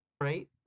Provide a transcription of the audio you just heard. right